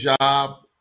job